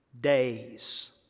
days